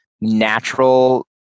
natural